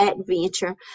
adventure